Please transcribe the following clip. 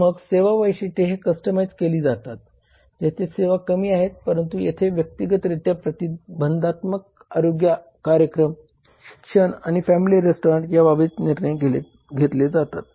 मग सेवा वैशिष्ट्ये हे कस्टमायझ केली जातात जेथे सेवा कमी आहेत परंतु येथे व्यक्तिगतरित्या प्रतिबंधात्मक आरोग्य कार्यक्रम शिक्षण आणि फॅमिली रेस्टॉरंट या बाबतीत निर्णय घेतले जातात